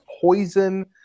poison